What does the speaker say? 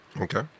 Okay